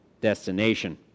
destination